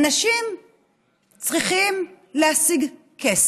אנשים צריכים להשיג כסף.